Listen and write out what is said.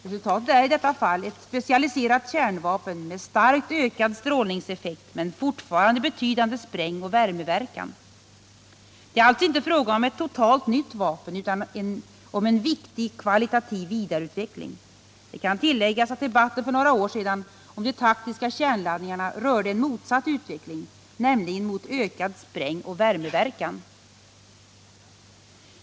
Resultatet är i detta fall ett specialiserat kärnvapen med starkt ökad strålningseffekt men fortfarande betydande sprängoch värmeverkan. Det är alltså inte fråga om ett totalt nytt vapen, utan om en viktig kvalitativ vidareutveckling. Det kan tilläggas att debatten för några år sedan om de taktiska kärnladdningarna rörde en motsatt utveckling, nämligen mot ökad sprängoch värmeverkan.